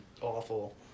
awful